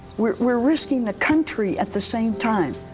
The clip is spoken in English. we're we're risking the country at the same time